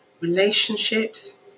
relationships